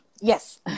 Yes